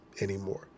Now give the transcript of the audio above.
anymore